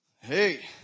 Hey